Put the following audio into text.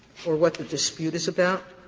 or what the dispute is about